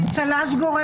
לא היו צריכים לחוקק אותה.